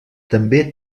també